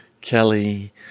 Kelly